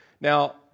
Now